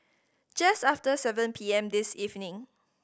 just after seven P M this evening